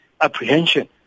apprehension